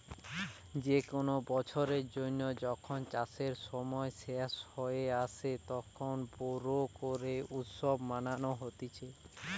যে কোনো বছরের জন্য যখন চাষের সময় শেষ হয়ে আসে, তখন বোরো করে উৎসব মানানো হতিছে